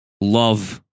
love